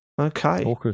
Okay